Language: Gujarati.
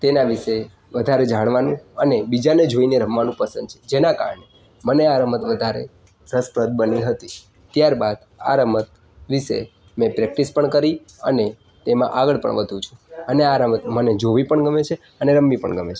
તેના વિશે વધારે જાણવાનું અને બીજાને જોઈને રમવાનું પસંદ છે જેના કારણે મને આ રમત વધારે રસપ્રદ હતી બની હતી ત્યારબાદ આ રમત વિશે મેં પ્રેક્ટિસ પણ કરી અને તેમાં આગળ પણ વધુ છે અને આ રમત મને જોવી પણ ગમે છે અને રમવી પણ ગમે છે